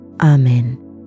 Amen